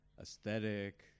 aesthetic